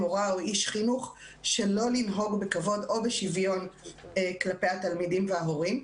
איש חינוך שלא לנהוג בכבוד או בשוויון כלפי התלמידים והמורים.